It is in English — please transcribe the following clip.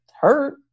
hurt